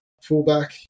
fullback